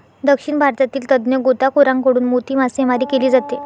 दक्षिण भारतातील तज्ञ गोताखोरांकडून मोती मासेमारी केली जाते